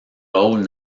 rôles